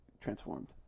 transformed